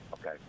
Okay